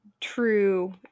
true